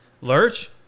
lurch